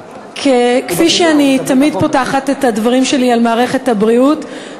כפי שאני תמיד פותחת את הדברים שלי על מערכת הבריאות,